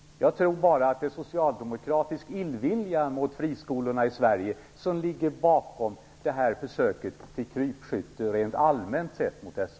Jag tror att det bara är socialdemokratisk illvilja mot friskolorna i Sverige som ligger bakom det här försöket till krypskytte mot friskolorna.